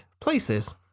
places